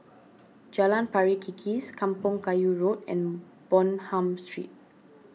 Jalan Pari Kikis Kampong Kayu Road and Bonham Street